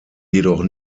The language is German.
jedoch